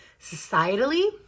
societally